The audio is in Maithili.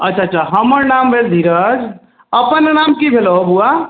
अच्छा अच्छा हमर नाम भेल धीरज अपन नाम की भेलह हौ बौआ